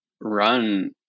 run